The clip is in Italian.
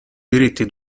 diritti